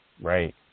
Right